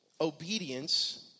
obedience